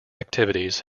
activities